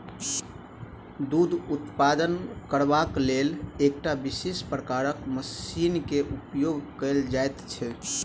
दूध उत्पादन करबाक लेल एकटा विशेष प्रकारक मशीन के उपयोग कयल जाइत छै